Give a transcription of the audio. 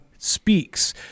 speaks